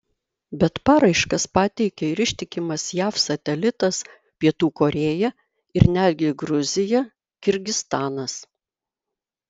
bet paraiškas pateikė ir ištikimas jav satelitas pietų korėja ir netgi gruzija kirgizstanas